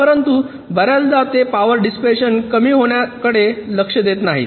परंतु बर्याचदा ते पावर डिसिपॅशन कमी होण्याकडे लक्ष देत नाहीत